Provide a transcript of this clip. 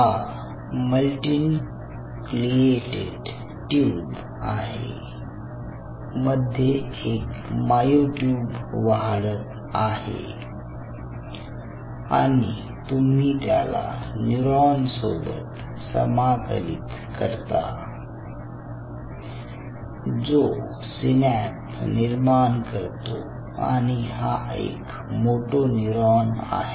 हा multinucleated tube आहे मध्ये एक मायोट्यूब वाढत आहे आणि तुम्ही त्याला न्यूरॉन सोबत समाकलित करता जो सिनएप निर्माण करतो आणि हा एक मोटो न्यूरॉन आहे